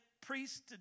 priest